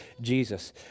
Jesus